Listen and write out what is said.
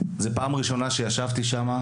וזאת פעם ראשונה שישבתי שם.